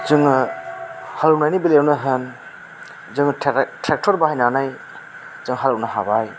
जोङो हालिवनायनि बेलायावनो होन जोंनि थाखाय ट्रेक्टर बाहायनानै जों हालौनो हाबाय